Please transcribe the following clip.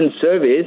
service